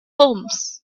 homes